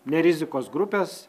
ne rizikos grupės